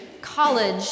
college